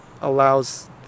allows